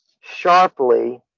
sharply